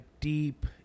deep